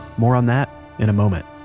more on that in a moment